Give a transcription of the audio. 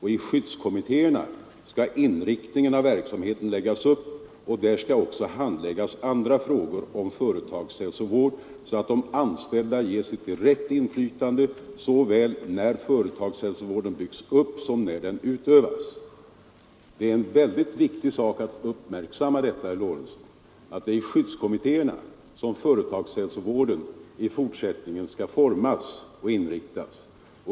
I skyddskommittéerna skall inriktningen av verksamheten läggas upp och där skall också handläggas andra frågor om företagshälsovård, så att de anställda ges ett direkt inflytande såväl när företagshälsovården byggs upp som när den utövas. Det är mycket viktigt att uppmärksamma, herr Lorentzon, att det är i skyddskommittéerna som företagshälsovården skall formas och inriktas.